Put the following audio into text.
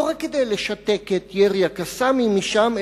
לא רק כדי לשתק את ירי ה"קסאמים" משם,